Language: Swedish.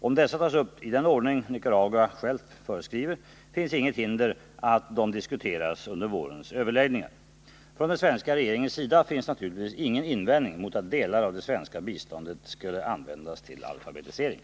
Om dessa tas upp i den ordning Nicaragua självt föreskriver, finns inget hinder att de diskuteras under vårens överläggningar. Från den svenska regeringens sida finns naturligtvis ingen invändning mot att delar av det svenska biståndet skulle användas till alfabetisering.